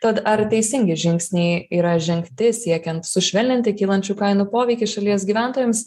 tad ar teisingi žingsniai yra žengti siekiant sušvelninti kylančių kainų poveikį šalies gyventojams